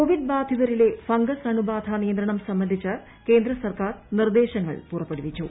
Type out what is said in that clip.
Covid ബാധിതരിലെ fungus അണുബാന നിയന്ത്രണം സംബന്ധിച്ച് കേന്ദ്ര സർക്കാർ നിർദ്ദേശങ്ങൾ പുറപ്പെടുവിച്ചു